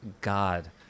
God